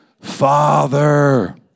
Father